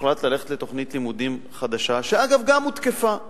הוחלט ללכת לתוכנית לימודים חדשה, שאגב גם הותקפה.